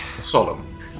Solemn